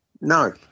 no